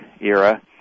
era